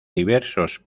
diversos